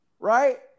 Right